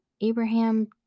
Abraham